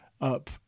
up